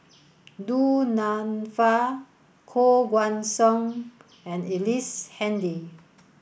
Du Nanfa Koh Guan Song and Ellice Handy